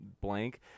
blank